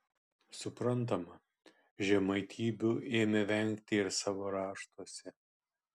suprantama žemaitybių ėmė vengti ir savo raštuose